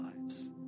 lives